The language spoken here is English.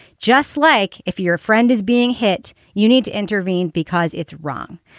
just like if your friend is being hit, you need to intervene because it's wrong.